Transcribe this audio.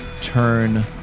turn